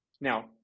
Now